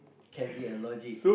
can be a logic